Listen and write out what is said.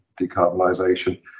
decarbonisation